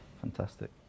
fantastic